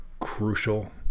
crucial